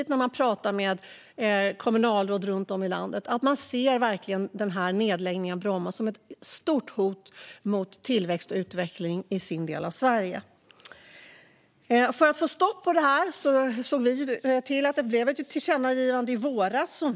När man talar med kommunalråd runt om i landet blir det väldigt tydligt att de verkligen ser nedläggningen av Bromma som ett stort hot mot tillväxt och utveckling i deras del av Sverige. För att få stopp på detta föreslog vi ett tillkännagivande i våras.